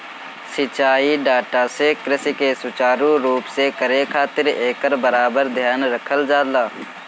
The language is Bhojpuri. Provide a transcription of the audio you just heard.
सिंचाई डाटा से कृषि के सुचारू रूप से करे खातिर एकर बराबर ध्यान रखल जाला